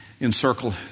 encircle